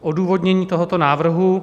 Odůvodnění tohoto návrhu.